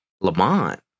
Lamont